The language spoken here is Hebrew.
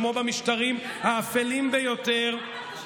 כמו במשטרים האפלים ביותר,